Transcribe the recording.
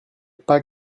pas